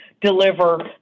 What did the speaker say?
deliver